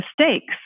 mistakes